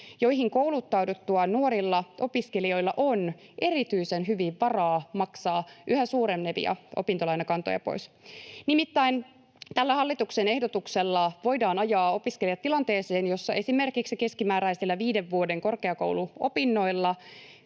joihin kouluttauduttuaan nuorilla opiskelijoilla on erityisen hyvin varaa maksaa yhä suurenevia opintolainakantoja pois. Nimittäin tällä hallituksen ehdotuksella voidaan ajaa opiskelijat tilanteeseen, jossa esimerkiksi keskimääräisillä viiden vuoden korkeakouluopinnoilla,